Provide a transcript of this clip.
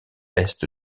est